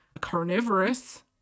carnivorous